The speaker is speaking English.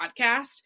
podcast